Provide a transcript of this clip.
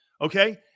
Okay